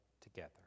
together